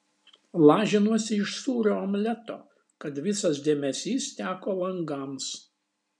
lažinuosi iš sūrio omleto kad visas dėmesys teko langams